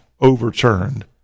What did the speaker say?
overturned